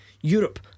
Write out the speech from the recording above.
Europe